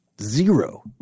Zero